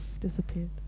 disappeared